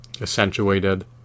accentuated